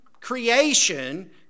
creation